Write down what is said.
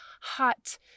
hot